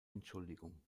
entschuldigung